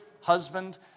husband